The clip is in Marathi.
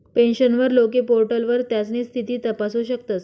पेन्शनर लोके पोर्टलवर त्यास्नी स्थिती तपासू शकतस